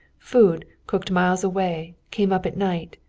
food, cooked miles away, came up at night,